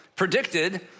predicted